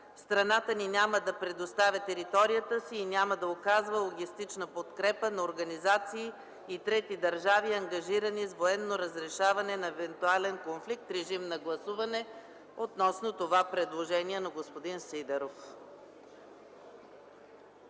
страната ни няма да предоставя територията си и няма да оказва логистична подкрепа на организации и трети държави, ангажирани с военно разрешаване на евентуален конфликт.” Моля, гласувайте това предложение на господин Сидеров.